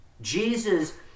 Jesus